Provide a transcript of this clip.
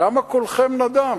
למה קולכם נדם?